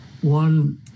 one